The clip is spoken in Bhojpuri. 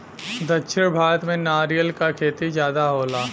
दक्षिण भारत में नरियर क खेती जादा होला